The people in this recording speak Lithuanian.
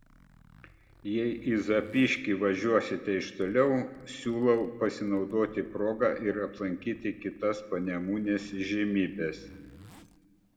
jei į zapyškį važiuosite iš toliau siūlau pasinaudoti proga ir aplankyti kitas panemunės įžymybes